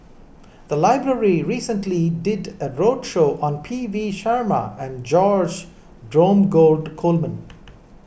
the library recently did a roadshow on P V Sharma and George Dromgold Coleman